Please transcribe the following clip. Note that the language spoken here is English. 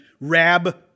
Rab